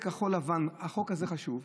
החוק הזה חשוב,